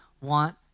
want